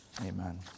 Amen